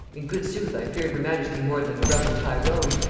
in good sooth i feared her majesty more than the rebel tyrone,